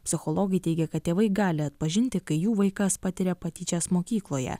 psichologai teigia kad tėvai gali atpažinti kai jų vaikas patiria patyčias mokykloje